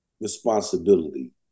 responsibility